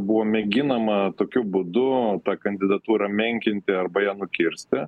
buvo mėginama tokiu būdu tą kandidatūrą menkinti arba ją nukirsti